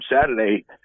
Saturday